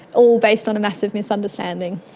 all based on a massive misunderstanding.